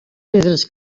pedres